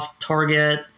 target